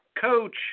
coach